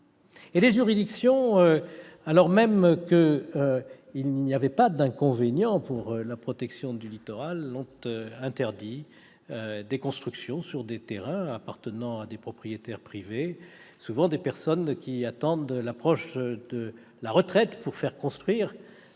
Des juridictions, même en l'absence d'inconvénients pour la protection du littoral, ont interdit de construire sur des terrains appartenant à des propriétaires privés, lesquels sont souvent des personnes qui attendent l'approche de la retraite pour faire construire,